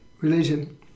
religion